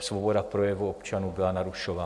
svoboda projevu občanů byla narušována.